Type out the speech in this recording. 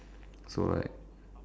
so like